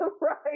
right